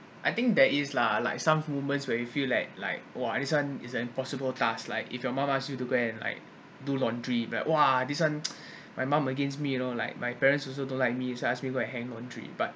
I think there is lah like some women where you feel like like !wah! this one is an impossible task like if your mum ask me to go and like do laundry but like !wah! this one my mum against me you know like my parents also don't like me so ask me go hang laundry but